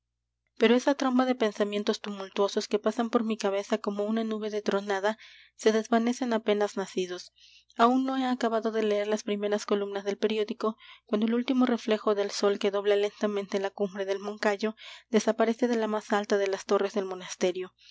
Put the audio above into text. pero esa tromba de pensamientos tumultuosos que pasan por mi cabeza como una nube de tronada se desvanecen apenas nacidos aún no he acabado de leer las primeras columnas del periódico cuando el último reflejo del sol que dobla lentamente la cumbre del moncayo desaparece de la más alta de las torres del monasterio